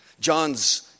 John's